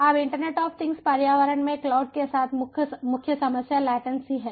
अब internet of things पर्यावरण में क्लाउड के साथ मुख्य समस्या लेटन्सी है